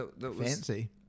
Fancy